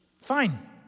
Fine